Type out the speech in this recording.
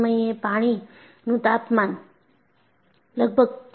એ સમયે પાણીનું તાપમાન લગભગ 4